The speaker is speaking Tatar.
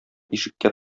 ишеккә